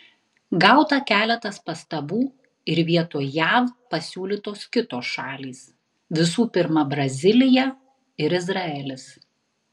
gauta keletas pastabų ir vietoj jav pasiūlytos kitos šalys visų pirma brazilija ir izraelis